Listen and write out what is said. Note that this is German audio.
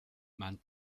man